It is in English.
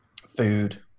food